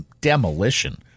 demolition